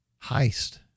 heist